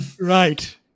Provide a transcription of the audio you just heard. Right